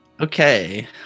Okay